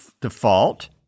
default